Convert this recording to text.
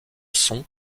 son